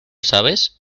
sabes